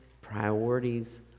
priorities